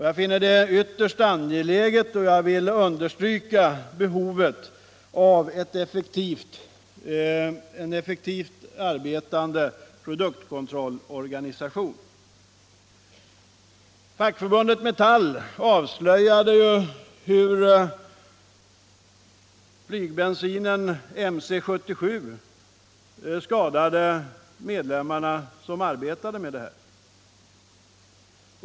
Jag finner detta ytterst angeläget och vill gärna understryka behovet av en effektivt arbetande produktkontrollorganisation. Fackförbundet Metall avslöjade hur flygbensinen MC 77 skadade de medlemmar som arbetade med den.